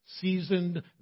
seasoned